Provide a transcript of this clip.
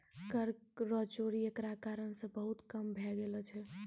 कर रो चोरी एकरा कारण से बहुत कम भै गेलो छै